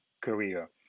career